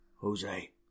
Jose